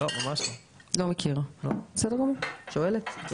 בסדר גמור, אני שואלת.